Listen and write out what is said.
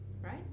right